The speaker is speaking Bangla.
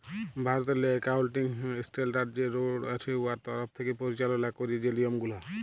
ভারতেরলে একাউলটিং স্টেলডার্ড যে বোড় আছে উয়ার তরফ থ্যাকে পরিচাললা ক্যারে যে লিয়মগুলা